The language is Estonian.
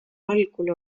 algul